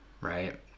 right